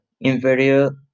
inferior